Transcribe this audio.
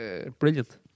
Brilliant